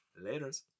laters